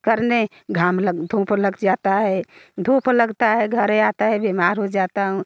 करने घाम लग धूप लग जाती है धूप लगती है घर आती हूँ बीमार हो जाती हूँ